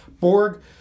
Borg